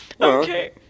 Okay